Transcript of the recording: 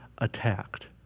attacked